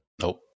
Nope